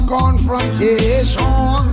confrontation